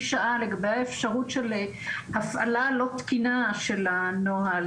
שעה לגביה אפשרות של הפעלה לא תקינה של הנוהל,